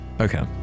Okay